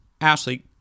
Ashley